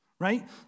Right